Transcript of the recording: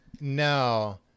No